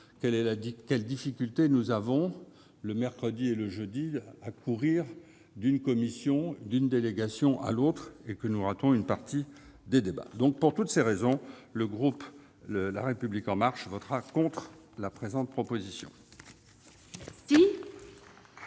quelles difficultés nous rencontrons, le mercredi et le jeudi, à courir d'une commission ou d'une délégation à l'autre, ratant une partie des débats. Pour toutes ces raisons, le groupe La République En Marche votera contre la présente proposition